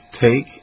take